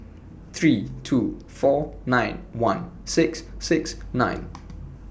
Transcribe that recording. three two four nine one six six nine